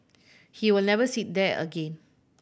he will never sit there again